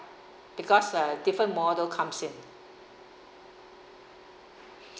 because uh different model comes in